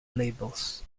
labels